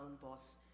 boss